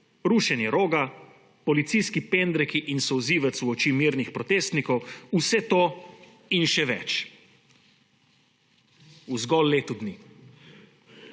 rušenje Roga, policijski pendreki in solzivec v oči mirnih protestnikov, vse to in še več v zgolj letu dni.